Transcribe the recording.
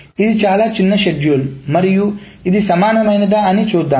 ఇది చాలా చిన్న షెడ్యూల్ మరియు ఇది సమానమైనదా అని చూద్దాం